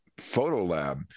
Photolab